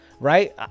Right